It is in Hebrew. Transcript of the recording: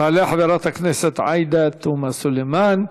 תעלה חברת הכנסת עאידה תומא סלימאן,